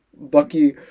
Bucky